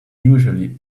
usually